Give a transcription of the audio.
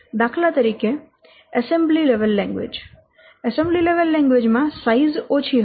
દાખલા તરીકે assembly level language માં સાઈઝ ઓછી હશે